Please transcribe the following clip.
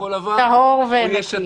--- טהור ונקי.